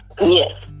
Yes